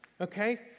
okay